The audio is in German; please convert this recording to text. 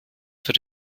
für